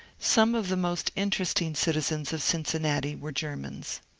some of the most interesting citizens of cincinnati were grermans.